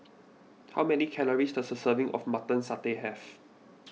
how many calories does a serving of Mutton Satay have